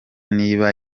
niba